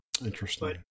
Interesting